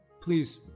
please